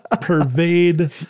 pervade